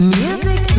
music